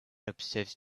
observed